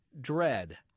Dread